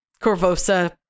corvosa